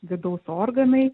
vidaus organai